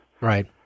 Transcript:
Right